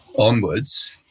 onwards